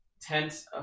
tent